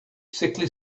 sickly